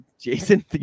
Jason